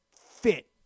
fit